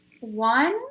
One